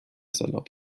salopp